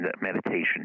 meditation